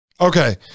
okay